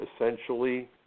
essentially